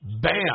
bam